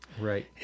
Right